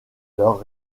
leur